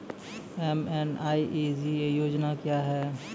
MNREGA योजना क्या हैं?